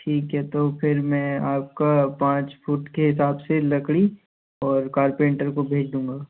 ठीक है तो फिर मैं आपका पाँच फुट के हिसाब से लकड़ी और कारपेंटर को भेज दूँगा